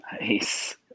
Nice